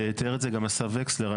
תיאר את זה גם אסף וקסלר.